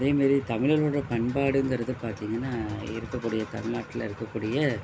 அதே மாரி தமிழரோட பண்பாடுங்கிறது பார்த்தீங்கன்னா இருக்கக்கூடிய தமில்நாட்டில இருக்கக்கூடிய